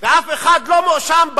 ואף אחד לא מואשם בה.